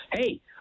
hey